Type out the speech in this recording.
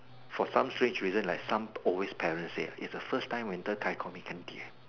for some strange reason like some always parents say it's the first time when guy call me 干爹